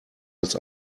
als